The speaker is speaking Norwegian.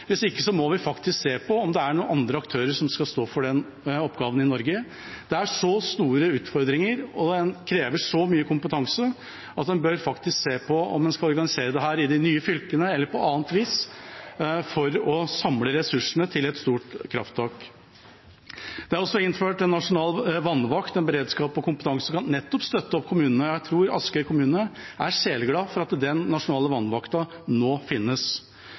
hvis ikke må vi faktisk se på om det er noen andre aktører som skal stå for den oppgaven i Norge. Det er så store utfordringer, og det kreves så mye kompetanse at en bør faktisk se på om en skal organisere dette i de nye fylkene eller på annet vis, for å samle ressursene til et stort krafttak. Det er også innført en nasjonal vannvakt, en beredskap og kompetanse som nettopp kan støtte opp om kommunene, og jeg tror Askøy kommune er sjeleglad for at den nasjonale vannvakta finnes nå.